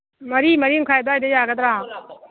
ꯃꯔꯤ ꯃꯔꯤꯃꯈꯥꯏ ꯑꯗꯨꯋꯥꯏꯗ ꯌꯥꯒꯗ꯭ꯔ